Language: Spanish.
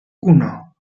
uno